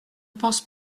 pense